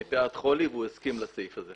היום מפאת חולי, והוא הסכים לסעיף הזה.